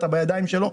אתה בידיים שלו.